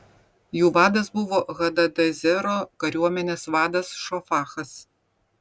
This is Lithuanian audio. jų vadas buvo hadadezero kariuomenės vadas šofachas